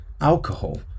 alcohol